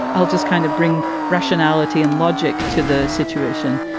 i'll just kind of bring rationality and logic to the situation.